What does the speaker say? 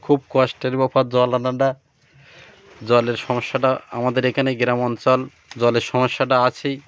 খুব কষ্টের ব্যাপার জল আলদা জলের সমস্যাটা আমাদের এখানে গ্রাম অঞ্চলে জলের সমস্যাটা আছেই